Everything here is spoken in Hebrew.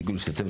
שהגיע להשתתף,